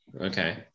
okay